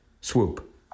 Swoop